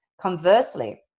Conversely